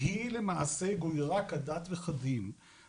היא למעשה גוירה כדת וכדין,